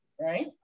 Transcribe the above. Right